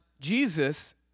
Jesus